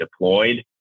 deployed